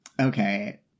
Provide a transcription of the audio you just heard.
Okay